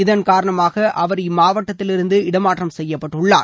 இதன் காரணமாக அவர் இம்மாவட்டத்திலிருந்து இடமாற்றம் செய்யப்பட்டுள்ளார்